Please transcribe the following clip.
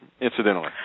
incidentally